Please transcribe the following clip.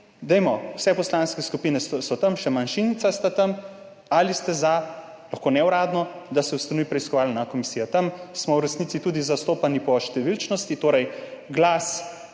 vse poslanske skupine so tam, še manjšinca sta tam, ali ste za, lahko neuradno, da se ustanovi preiskovalna komisija. Tam smo v resnici tudi zastopani po številčnosti, torej glas